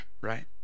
right